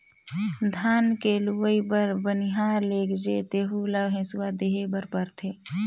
धान के लूवई बर बनिहार लेगजे तेहु ल हेसुवा देहे बर परथे